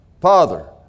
Father